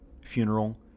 funeral